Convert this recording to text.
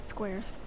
Squares